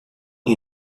you